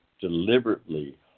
deliberately